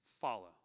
follow